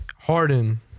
Harden